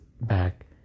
back